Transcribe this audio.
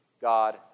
God